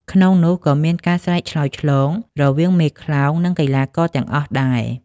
ក្នុងនោះក៏ត្រូវមានការ ស្រែកឆ្លើយឆ្លង រវាងមេខ្លោង និងកីឡាករទាំងអស់ដែរ។